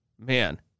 Man